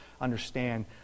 understand